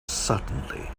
suddenly